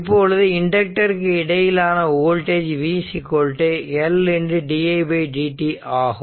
இப்பொழுது இண்டக்டருக்கு இடையில் ஆன voltage v L di dt ஆகும்